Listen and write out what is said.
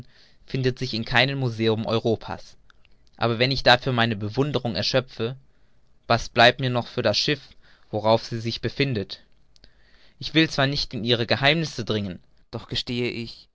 findet sich in keinem museum europa's aber wenn ich dafür meine bewunderung erschöpfe was bleibt mir dann noch für das schiff worauf sie sich befindet ich will zwar nicht in ihre geheimnisse dringen doch gestehe ich